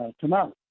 tomorrow